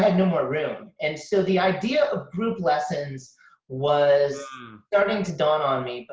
and no more room. and so the idea of group lessons was starting to dawn on me. but